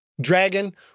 Dragon